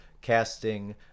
casting